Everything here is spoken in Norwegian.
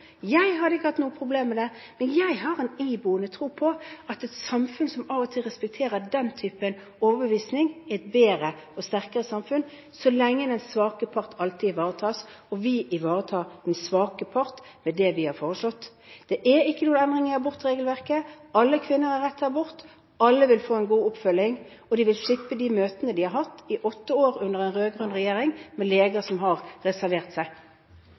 Jeg hadde ikke hatt noe problem med det, men jeg har en iboende tro på at et samfunn som av og til respekterer den type overbevisning, er et bedre og sterkere samfunn, så lenge den svake part alltid ivaretas. Og vi ivaretar den svake part med det vi har foreslått. Det er ikke noen endring i abortregelverket. Alle kvinner har rett til abort, alle vil få en god oppfølging, og de vil slippe de møtene de har hatt i åtte år under en rød-grønn regjering, med leger som har reservert seg.